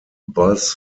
buzz